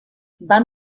van